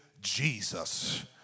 Jesus